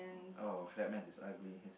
oh clap hand is ugly